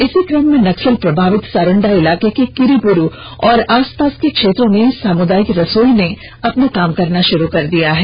इसी क्रम में नक्सल प्रभावित सारंडा इलाके के किरीबुरू और आसपास के क्षेत्रों में सामुदायिक रसोई ने अपना काम शुरू कर दिया है